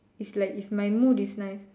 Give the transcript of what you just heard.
is like if my mood is nice